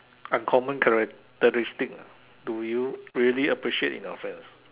uncommon characteristic do you really appreciate in your friends